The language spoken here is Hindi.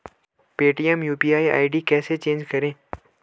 पेटीएम यू.पी.आई आई.डी कैसे चेंज करें?